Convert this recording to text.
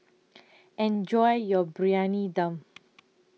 Enjoy your Briyani Dum